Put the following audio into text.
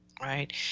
right